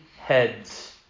heads